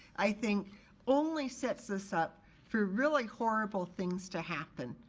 i think only sets us up for really horrible things to happen.